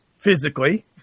physically